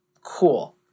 Cool